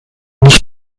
nicht